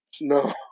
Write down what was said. no